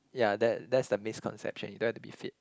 ya that that's the misconception you don't have to be fit